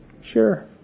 Sure